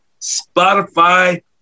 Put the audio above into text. Spotify